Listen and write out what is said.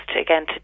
again